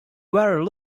were